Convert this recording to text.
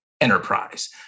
Enterprise